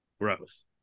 gross